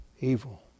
evil